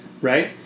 Right